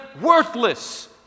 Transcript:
worthless